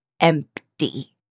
empty